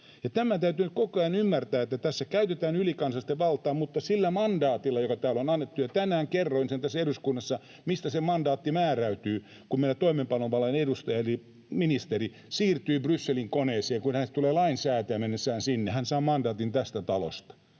tämä täytyy nyt koko ajan ymmärtää, että tässä käytetään ylikansallista valtaa mutta sillä mandaatilla, joka täällä on annettu, ja tänään kerroin sen tässä eduskunnassa, mistä se mandaatti määräytyy, kun meillä toimeenpanovallan edustaja eli ministeri siirtyy Brysselin-koneeseen. Kun hänestä tulee lainsäätäjä mennessään sinne, hän saa mandaatin tästä talosta.